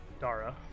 Dara